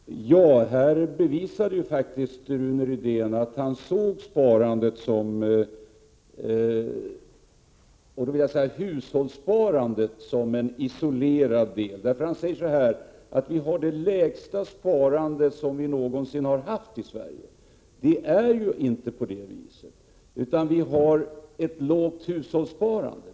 Herr talman! Här bevisade faktiskt Rune Rydén att han såg hushållssparandet som en isolerad del. Han säger så här: Vi har det lägsta sparande som vi någonsin har haft i Sverige. Men det är ju inte på det sättet, — vi har ett lågt hushållssparande.